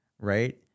Right